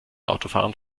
autofahrern